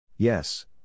Yes